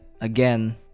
again